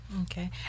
Okay